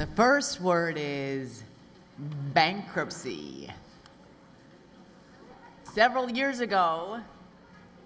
the first word is bankruptcy several years ago